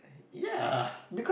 ya